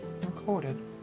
recorded